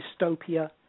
Dystopia